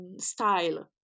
style